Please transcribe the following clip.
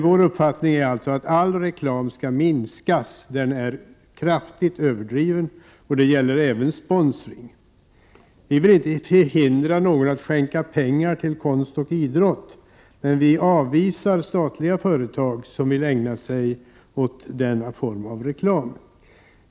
Vår uppfattning är alltså att all reklam skall minskas — den är kraftigt överdriven — och det gäller även sponsring. Vi vill inte hindra någon från att skänka pengar till konst och idrott, men vi avvisar tanken på att statliga företag skall ägna sig åt denna form av reklam.